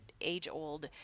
age-old